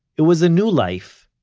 it was a new life,